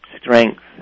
strength